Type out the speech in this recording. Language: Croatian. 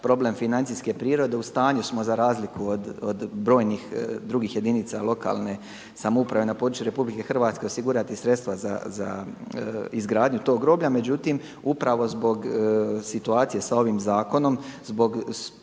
problem financijske prirode, u stanju smo za razliku od brojnih drugih jedinica lokalne samouprave na području RH osigurati sredstva za izgradnju tog groblja. Međutim, upravo zbog situacije sa ovim zakonom zbog sporih